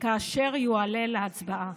כאשר יועלה להצבעה.